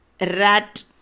Rat